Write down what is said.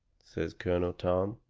says colonel tom.